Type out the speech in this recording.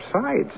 sides